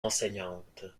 enseignante